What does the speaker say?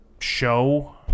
show